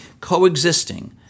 coexisting